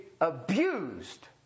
abused